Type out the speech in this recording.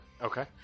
Okay